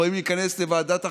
יכולים להיכנס לוועדת החינוך,